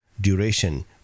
duration